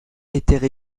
étaient